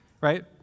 right